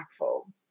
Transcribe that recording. impactful